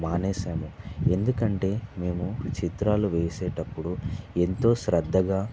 మానేశాము ఎందుకంటే మేము చిత్రాలు వేసేటప్పుడు ఎంతో శ్రద్ధగా